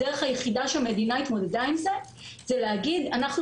הדרך היחידה שהמדינה התמודדה עם זה היא להגיד: אנחנו